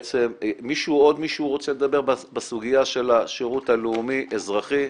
עוד מישהו רוצה לדבר בסוגיה של השירות הלאומי אזרחי?